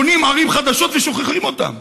בונים ערים חדשות ושוכחים אותן.